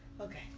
Okay